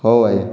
ହେଉ ଆଜ୍ଞା